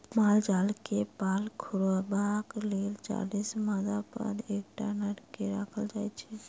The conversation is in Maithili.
माल जाल के पाल खुअयबाक लेल चालीस मादापर एकटा नर के राखल जाइत छै